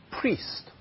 priest